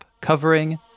covering